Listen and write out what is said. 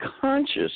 conscious